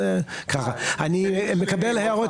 מילה אחרונה